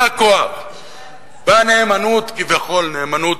והכוח והנאמנות, כביכול נאמנות.